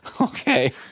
Okay